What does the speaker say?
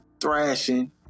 thrashing